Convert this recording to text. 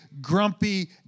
grumpy